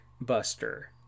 Buster